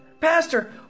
Pastor